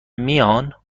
میان